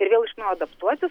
ir vėl iš naujo adaptuosis